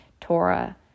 Torah